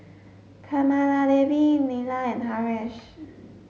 Kamaladevi Neila and Haresh